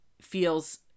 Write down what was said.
feels